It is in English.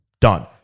done